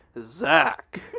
Zach